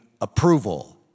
approval